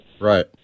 right